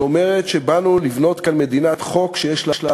שאומרת שבאנו לבנות כאן מדינת חוק שיש לה